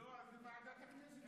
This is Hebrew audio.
אם לא, אז לוועדת הכנסת.